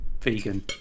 vegan